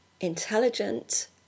intelligent